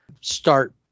start